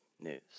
news